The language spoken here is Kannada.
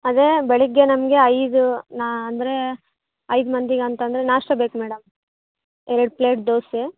ಅದೇ ಬೆಳಿಗ್ಗೆ ನಮಗೆ ಐದು ನಾ ಅಂದರೆ ಐದು ಮಂದಿಗೆ ಅಂತಂದರೆ ನಾಷ್ಟಾ ಬೇಕು ಮೇಡಮ್ ಎರಡು ಪ್ಲೇಟ್ ದೋಸೆ